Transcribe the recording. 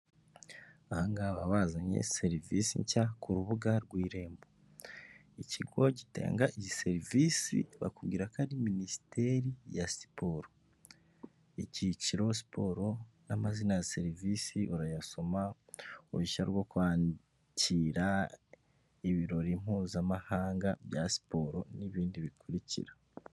Ahahanga baba bazanye serivisi nshya ku rubuga rw'irembo ikigo gitanga izi serivisi bakubwira ko ari minisiteri ya siporo icyiciro siporo n'amazina ya serivisi urayasoma uruhushya rwo kwacyira ibirori mpuzamahanga bya siporo n'ibindi bikurikira.